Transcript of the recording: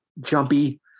jumpy